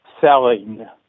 Selling